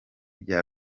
bya